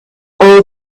all